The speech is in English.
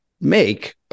make